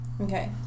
Okay